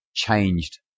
changed